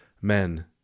men